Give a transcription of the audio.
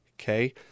okay